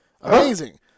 Amazing